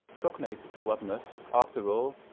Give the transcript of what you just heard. cognate to what must, after all,